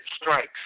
strikes